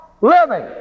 Living